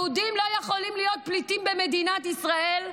יהודים לא יכולים להיות פליטים במדינת ישראל,